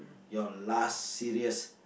your last serious